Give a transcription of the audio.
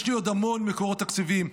יש לי עוד המון מקורות תקציביים,